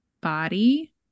body